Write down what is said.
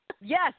Yes